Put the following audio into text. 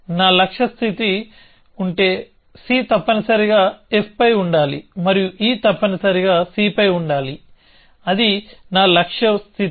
నా లక్ష్యం స్థితి అంటే c తప్పనిసరిగా fపై ఉండాలి మరియు e తప్పనిసరిగా cపై ఉండాలి అది నా లక్ష్యం స్థితి